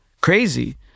crazy